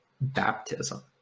baptism